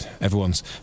everyone's